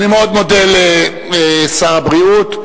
אני מאוד מודה לשר הבריאות.